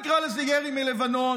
נקרא לזה ירי מלבנון,